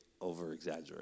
over-exaggerate